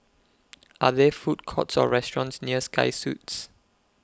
Are There Food Courts Or restaurants near Sky Suites